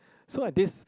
so at this